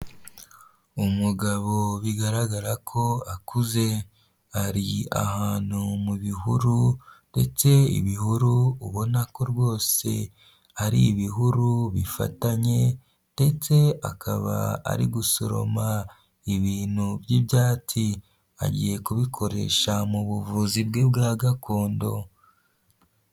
Umugabo bigaragara ko akuze, ari ahantu mu bihuru ndetse ibihuru ubona ko rwose ari ibihuru bifatanye, ndetse akaba ari gusoroma ibintu by'ibyatsi, agiye kubikoresha mu buvuzi bwe bwa gakondo.